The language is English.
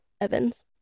Evans